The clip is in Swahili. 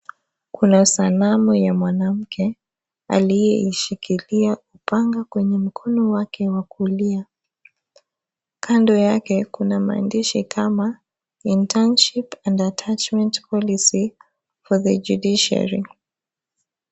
Kuna sanamu ya mwanamke aliyeishikilia panga kwenye mkono wake wa kulia. Kando yake kuna maandishi kama INTERNSHIP &ATTACHMENT POLICY FOR THE JUDICIARY .